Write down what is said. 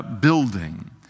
building